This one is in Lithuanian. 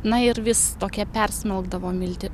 na ir vis tokia persmelkdavo milti